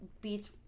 beats